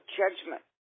judgment